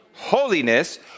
holiness